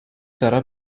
terra